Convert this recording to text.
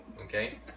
okay